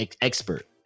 expert